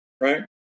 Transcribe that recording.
right